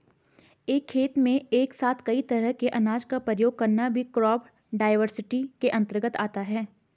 एक खेत में एक साथ कई तरह के अनाज का प्रयोग करना भी क्रॉप डाइवर्सिटी के अंतर्गत आता है